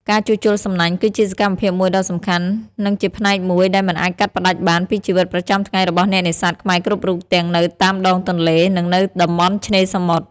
ការជួសជុលសំណាញ់គឺជាសកម្មភាពមួយដ៏សំខាន់ និងជាផ្នែកមួយដែលមិនអាចកាត់ផ្ដាច់បានពីជីវិតប្រចាំថ្ងៃរបស់អ្នកនេសាទខ្មែរគ្រប់រូបទាំងនៅតាមដងទន្លេ និងនៅតំបន់ឆ្នេរសមុទ្រ។